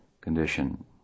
condition